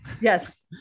Yes